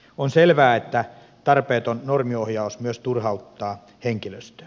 on selvää että tarpeeton normiohjaus myös turhauttaa henkilöstöä